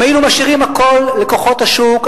אם היינו משאירים הכול לכוחות השוק,